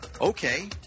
Okay